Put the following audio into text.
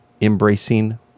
embracing